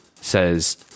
says